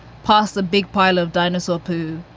pass a big pile of dinosaur poo